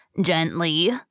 Gently